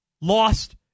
lost